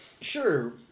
sure